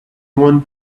one